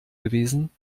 gewesen